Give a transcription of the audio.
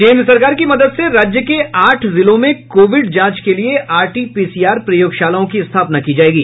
केन्द्र सरकार की मदद से राज्य के आठ जिलों में कोविड जांच के लिए आरटीपीसीआर प्रयोगशालाओं की स्थापना की जायेगी